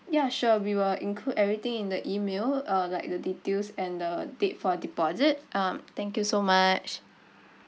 ya sure we will include everything in the email uh like the details and the date for deposit uh thank you so much